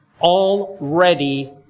already